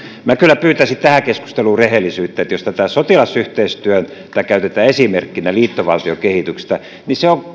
minä kyllä pyytäisin tähän keskusteluun rehellisyyttä jos tätä sotilasyhteistyötä käytetään esimerkkinä liittovaltiokehityksestä se on